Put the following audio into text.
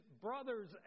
brother's